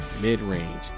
Mid-range